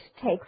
take